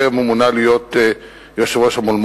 טרם מינויו ליושב-ראש המועצה